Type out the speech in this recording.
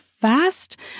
fast